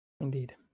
Indeed